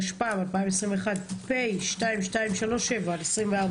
התשפ"א-2021 פ/2237/24,